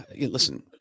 listen